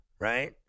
right